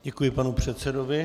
Děkuji panu předsedovi.